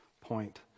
point